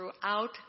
throughout